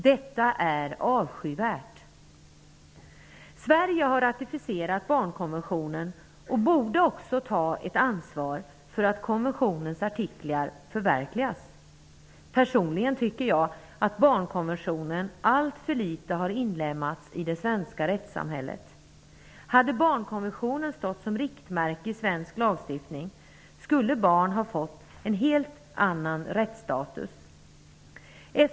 Detta är avskyvärt. Sverige har ratificerat barnkonventionen och borde också ta ansvar för att konventionens artiklar förverkligas. Personligen tycker jag att barnkonventionen alltför litet har inlemmats i det svenska rättssamhället. Hade barnkonventionen stått som riktmärke i svensk lagstiftning skulle barn ha fått en helt annan rättsstatus.